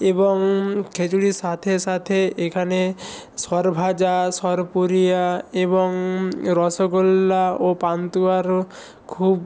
এবং খিচুড়ির সাথে সাথে এখানে সরভাজা সরপুরিয়া এবং রসগোল্লা ও পান্তুয়ারও খুব